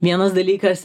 vienas dalykas